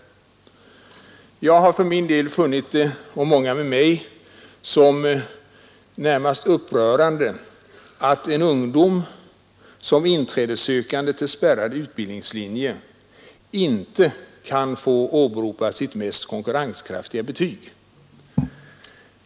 Jag och många med mig har funnit det närmast upprörande att ungdomar som inträdessökande till spärrad utbildningslinje inte kan få åberopa sitt mest konkurrenskraftiga betyg.